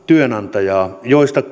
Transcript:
työnantajaa joista